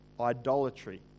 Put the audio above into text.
idolatry